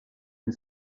une